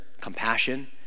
compassion